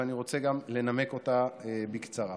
ואני גם רוצה לנמק אותה בקצרה.